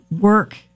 work